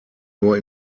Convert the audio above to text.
nur